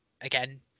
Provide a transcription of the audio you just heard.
again